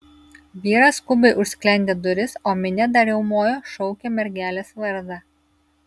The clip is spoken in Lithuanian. vyras skubiai užsklendė duris o minia dar riaumojo šaukė mergelės vardą